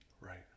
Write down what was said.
right